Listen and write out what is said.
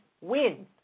win